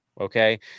okay